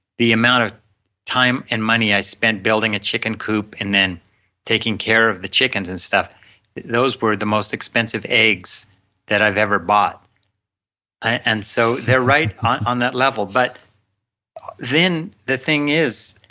the amount of time and money i spent building a chicken coop and then taking care of the chickens and stuff those were the most expensive eggs that i've ever bought and so they're right on on that level, but then the thing is,